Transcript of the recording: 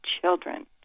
children